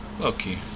Okay